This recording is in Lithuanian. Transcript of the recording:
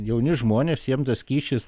jauni žmonės jiem tas kyšis